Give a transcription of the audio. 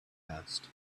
asked